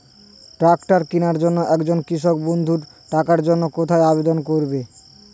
Tractor কিনার জন্য একজন কৃষক বন্ধু টাকার জন্য কোথায় আবেদন করবে?